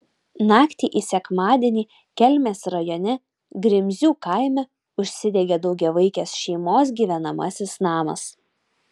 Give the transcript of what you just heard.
naktį į sekmadienį kelmės rajone grimzių kaime užsidegė daugiavaikės šeimos gyvenamasis namas